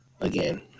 again